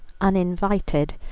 uninvited